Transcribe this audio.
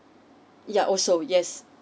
yup also yes